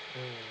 mm